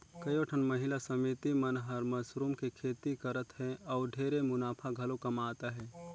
कयोठन महिला समिति मन हर मसरूम के खेती करत हें अउ ढेरे मुनाफा घलो कमात अहे